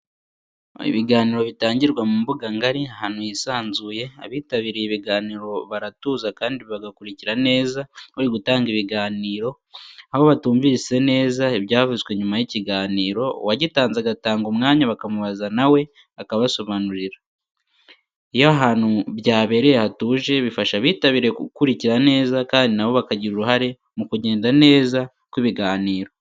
Ibiganiro bitangirwa mu mbuga ngari, ahantu hisanzuye, abitabiriye ibiganiro baratuza kandi bagakurikira neza uri gutanga ibiganiro, aho batumvise neza ibyavuzwe nyuma y'ikiganiro, uwagitanze atanga umwanya bakamubaza na we akabasobanurira. Iyo ahantu byabereye hatuje bifasha abitabiriye gukurikira neza kandi na bo bakagira uruhare mu kugenda neza kw'ibiganiro.